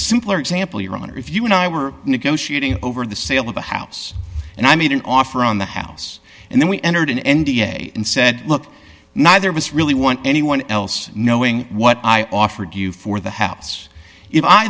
simpler example your honor if you and i were negotiating over the sale of a house and i made an offer on the house and then we entered an n d a and said look neither of us really want anyone else knowing what i offered you for the house if i